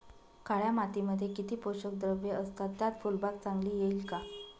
काळ्या मातीमध्ये किती पोषक द्रव्ये असतात, त्यात फुलबाग चांगली येईल का?